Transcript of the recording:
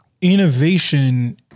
innovation